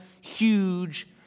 huge